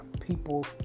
people